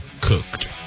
cooked